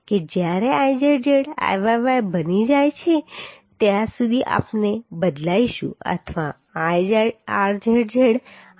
કે જ્યારે Izz Iyy બની જશે ત્યાં સુધી આપણે બદલાઈશું અથવા rzz ryy બની જશે